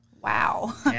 Wow